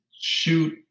shoot